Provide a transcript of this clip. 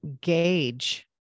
gauge